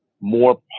more